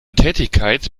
tätigkeit